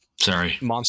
Sorry